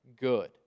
good